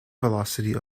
velocity